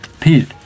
Pete